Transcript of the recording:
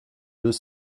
deux